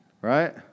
Right